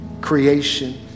creation